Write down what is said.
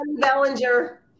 Bellinger